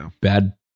bad